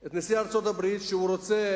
את נשיא ארצות-הברית, שרוצה